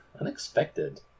Unexpected